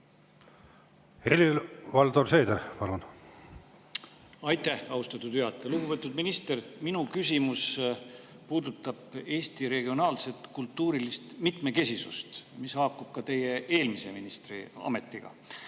Helir-Valdor Seeder, palun! Aitäh, austatud juhataja! Lugupeetud minister! Minu küsimus puudutab Eesti regionaalset kultuurilist mitmekesisust, mis haakub ka teie eelmise ministriametiga,